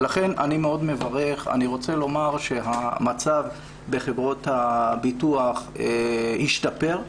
אני רוצה לומר שהמצב בחברות הביטוח השתפר.